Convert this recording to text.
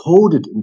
encoded